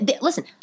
Listen